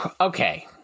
Okay